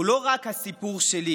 הוא לא רק הסיפור שלי,